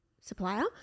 supplier